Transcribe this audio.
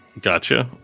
Gotcha